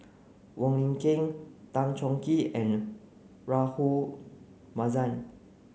Wong Lin Ken Tan Choh Tee and Rahayu Mahzam